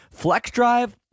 FlexDrive